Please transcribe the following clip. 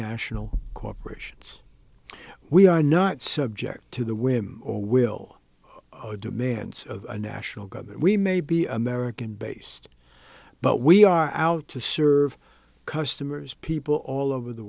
national corporations we are not subject to the whim or will demands of a national government we may be american based but we are out to serve customers people all over the